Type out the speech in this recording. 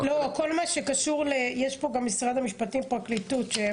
גם משרד המשפטים והפרקליטות נמצאים פה,